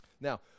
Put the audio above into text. Now